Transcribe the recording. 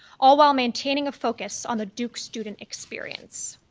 all while maintaining a focus on the duke student experience.